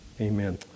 amen